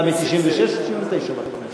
אתה מ-1996 או מ-1999 בכנסת?